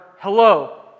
hello